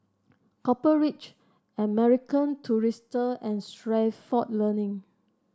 Copper Ridge American Tourister and Stalford Learning